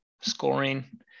scoring